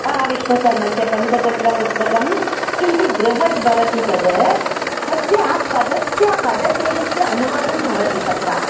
हा विष्णुशर्मस्य पञ्चतन्त्रपुस्तकं किञ्चित् बृहत् भवति तद् तस्य पदस्य पदच्छेदस्य अनुवादं भवति तत्र